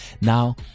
Now